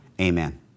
Amen